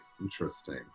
Interesting